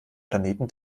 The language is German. planeten